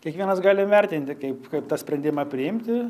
kiekvienas galim vertinti kaip kaip tą sprendimą priimti